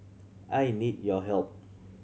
I need your help